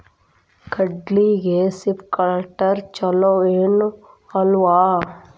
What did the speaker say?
ಕಡ್ಲಿಗೆ ಸ್ಪ್ರಿಂಕ್ಲರ್ ಛಲೋನೋ ಅಲ್ವೋ?